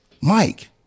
Mike